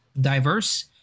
diverse